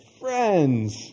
Friends